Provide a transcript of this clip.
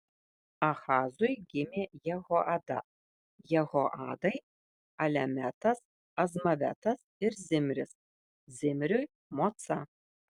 ahazui gimė jehoada jehoadai alemetas azmavetas ir zimris zimriui moca